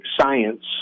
science